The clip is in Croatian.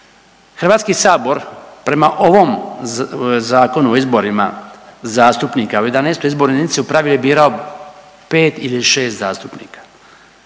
Hrvatske. HS prema ovom Zakonu o izborima zastupnika u XI. izbornoj jedinici u pravilu je birao 5 ili 6 zastupnika